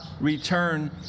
return